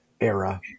era